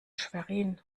schwerin